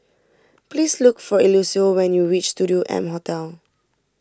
please look for Eliseo when you reach Studio M Hotel